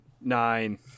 nine